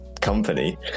company